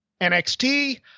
NXT